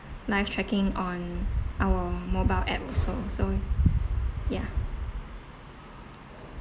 live tracking on our mobile app also so ya